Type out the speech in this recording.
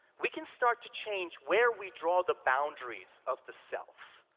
we can start to change where we draw the boundaries of the self.